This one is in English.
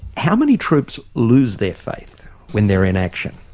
how many troops lose their faith when they're in action?